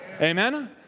Amen